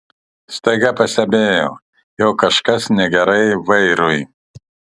staiga pastebėjo jog kažkas negerai vairui